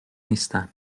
نیستن